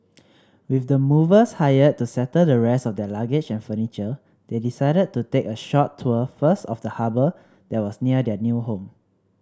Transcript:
with the movers hired to settle the rest of their luggage and furniture they decided to take a short tour first of the harbour that was near their new home